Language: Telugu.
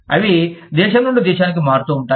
అవి దేశం నుండి దేశానికి మారుతూ ఉంటాయి